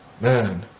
man